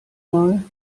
mal